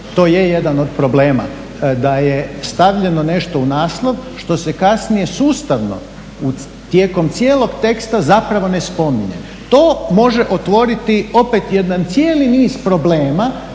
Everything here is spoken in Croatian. to je jedan od problema da je stavljeno nešto u naslov što se kasnije sustavno tijekom cijelog teksta zapravo ne spominje. To može otvoriti opet jedan cijeli niz problema